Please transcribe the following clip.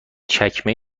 چکمه